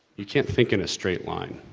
you can't think in a straight line,